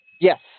Yes